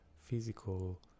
physical